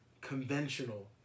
conventional